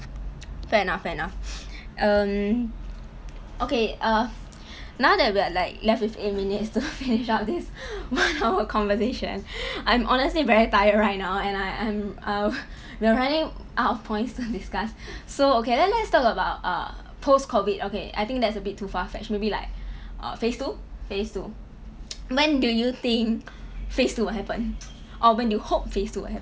fair enough fair enough um okay err now that we are like left with eight minutes to finish up this one hour conversation I'm honestly very tired right now and I and uh we're running out of points to discuss so okay then let's talk about uh post COVID okay I think that's a bit too far-fetched maybe like phase two phase two when do you think phase two will happen or when you hope phase two will happen